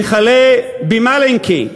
וכלה במלינקי,